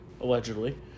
allegedly